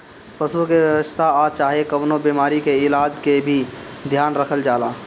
पशु के स्वास्थ आ चाहे कवनो बीमारी के इलाज के भी ध्यान रखल जाला